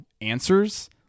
answers